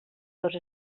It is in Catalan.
dos